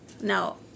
No